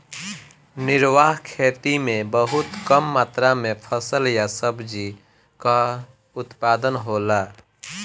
निर्वाह खेती में बहुत कम मात्र में फसल या सब्जी कअ उत्पादन होला